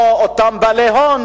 או שאותם בעלי הון